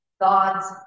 God's